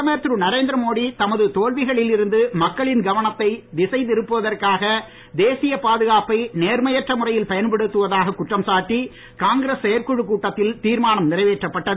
பிரதமர் திரு நரேந்திரமோடி தமது தோல்விகளில் இருந்து மக்களின் கவனத்தை திசை திருப்புவதற்காக தேசிய பாதுகாப்பை நேர்மையற்ற முறையில் பயன்படுத்துவதாக குற்றம் சாட்டி காங்கிரஸ் செயற்குழு கூட்டத்தில் தீர்மானம் நிறைவேற்றப்பட்டது